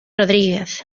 rodríguez